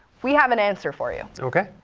we have an answer for you. ok.